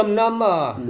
um number